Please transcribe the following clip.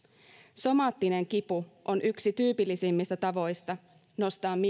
somaattinen kipu on yksi tyypillisimmistä tavoista nostaa mielen